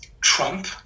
Trump